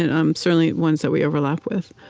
and, um certainly, ones that we overlap with.